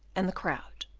and the crowd.